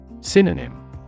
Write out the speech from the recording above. Synonym